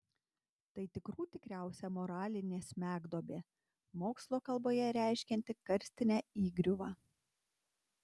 tai tikrų tikriausia moralinė smegduobė mokslo kalboje reiškianti karstinę įgriuvą